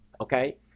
Okay